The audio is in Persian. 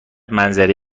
منظره